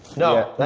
no,